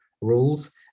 rules